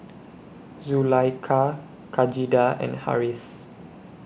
Zulaikha Khadija and Harris